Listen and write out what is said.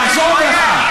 תחזור בך.